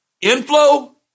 Inflow